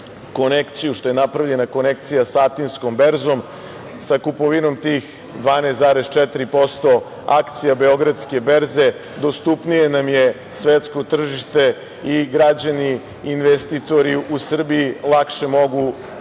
što je napravljena konekcija sa Atinskom berzom, sa kupovinom tih 12,4% akcija Beogradske berze dostupnije nam je svetsko tržište i građani investitori u Srbiji lakše mogu